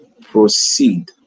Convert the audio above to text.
proceed